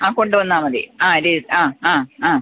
ആ കൊണ്ടുവന്നാല് മതി ആര് ആ ആ ആ